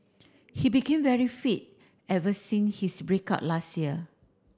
he became very fit ever since his break up last year